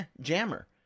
Jammer